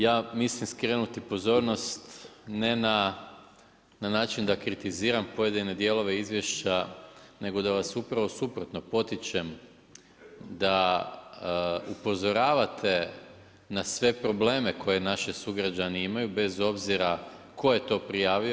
Ja mislim skrenuti pozornost ne na način da kritiziram pojedine dijelove izvješće nego da vas upravo suprotno potičem da upozoravate na sve probleme koje naši sugrađani imaju bez obzira tko je to prijavio.